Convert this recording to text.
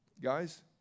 Guys